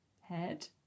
head